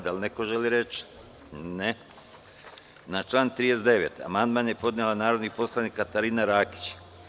Da li neko želi reč? (Ne) Na član 39. amandman je podnela narodni poslanik Katarina Rakić.